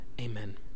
Amen